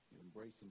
Embracing